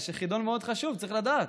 זה חידון מאוד חשוב, צריך לדעת.